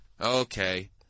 Okay